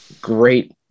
great